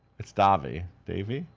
it's davi, davie?